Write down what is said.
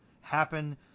happen